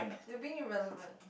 you're being irrelevant